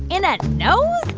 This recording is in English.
in a nose?